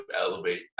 elevate